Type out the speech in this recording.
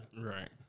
Right